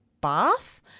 bath